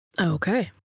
Okay